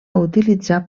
utilitzar